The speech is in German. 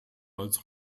als